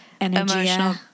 emotional